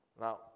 Now